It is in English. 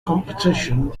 competition